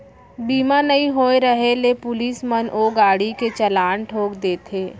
बीमा नइ होय रहें ले पुलिस मन ओ गाड़ी के चलान ठोंक देथे